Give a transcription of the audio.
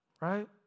Right